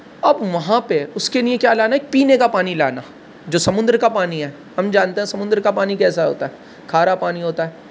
اب وہاں پہ اس کے نیے کیا لانا ہے پینے کا پانی لانا جو سمندر کا پانی ہے ہم جانتے ہے سمندر کا پانی کیسا ہوتا ہے کھارا پانی ہوتا ہے